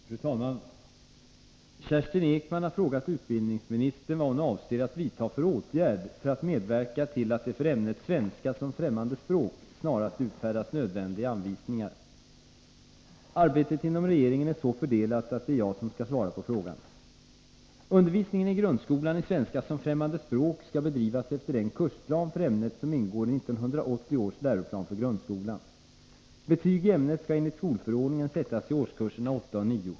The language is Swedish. Fru talman! Kerstin Ekman har frågat utbildningsministern vad hon avser att vidta för åtgärd för att medverka till att det för ämnet ”svenska som främmande språk” snarast utfärdas nödvändiga anvisningar. Arbetet inom regeringen är så fördelat att det är jag som skall svara på frågan. Undervisningen i grundskolan i svenska som främmande språk skall bedrivas efter den kursplan för ämnet som ingår i 1980 års läroplan för grundskolan. Betyg i ämnet skall enligt skolförordningen sättas i årskurserna 8 och 9.